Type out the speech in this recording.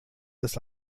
ist